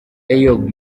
eyob